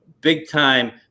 big-time